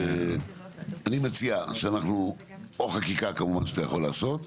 אני מציע שאנחנו או חקיקה כמובן שאתה יכול לעשות,